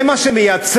זה מה שהוא מייצג?